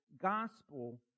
gospel